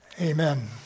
Amen